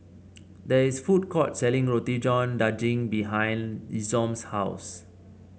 there is a food court selling Roti John Daging behind Isom's house